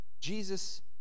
Jesus